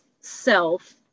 self